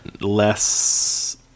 Less